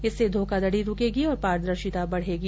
इससे धोखाधड़ी रुकेगी और पारदर्शिता बढ़ेगी